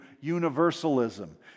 universalism